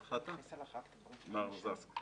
ראשית,